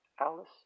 Alice